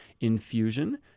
Infusion